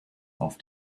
auf